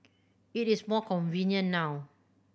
it is more convenient now